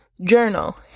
journal